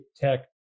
tech